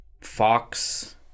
Fox